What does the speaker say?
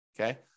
Okay